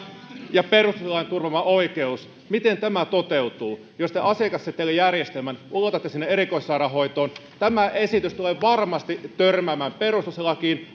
ja perustuslain turvaama oikeus toteutuu jos te asiakassetelijärjestelmän ulotatte sinne erikoissairaanhoitoon tämä esitys tulee varmasti törmäämään perustuslakiin